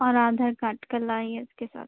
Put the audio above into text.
اور آدھار کاٹ کل لائیے اُس کے ساتھ